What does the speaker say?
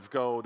go